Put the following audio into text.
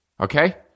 okay